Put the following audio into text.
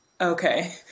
okay